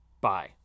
Bye